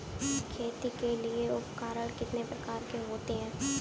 खेती के लिए उपकरण कितने प्रकार के होते हैं?